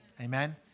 Amen